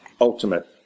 ultimate